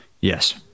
Yes